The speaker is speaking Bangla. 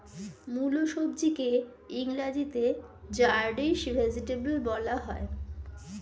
মুলো সবজিকে ইংরেজিতে র্যাডিশ ভেজিটেবল বলা হয়